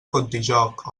contijoch